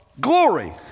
glory